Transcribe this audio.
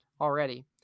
already